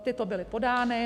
Tyto byly podány.